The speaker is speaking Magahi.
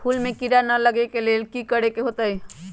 फूल में किरा ना लगे ओ लेल कि करे के होतई?